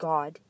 God